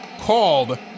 called